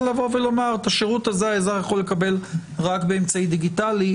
לבוא ולומר שאת השירות הזה האזרח יכול לקבל רק באמצעי דיגיטלי,